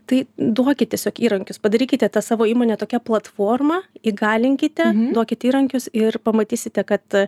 tai duokit tiesiog įrankius padarykite tą savo įmonę tokia platforma įgalinkite duokit įrankius ir pamatysite kad